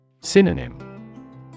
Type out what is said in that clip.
Synonym